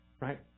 Right